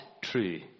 true